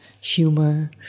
humor